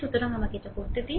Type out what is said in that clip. সুতরাং আমাকে এটি করতে দিন